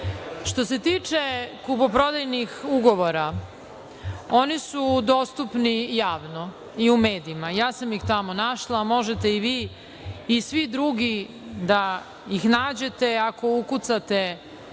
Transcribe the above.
se tiče kupoprodajnih ugovora, oni su dostupni javno i u medijima. Ja sam ih tamo našla, a možete i vi i svi drugi da ih nađete ako ukucate na